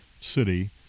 city